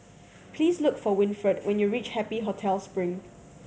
please look for Winfred when you reach Happy Hotel Spring